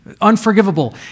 unforgivable